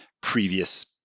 previous